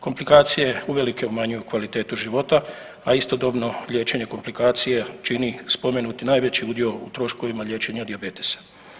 Komplikacije uvelike umanjuju kvalitetu života, a istodobno liječenje komplikacija čini spomenuti najveći udio u troškovima liječenja dijabetesa.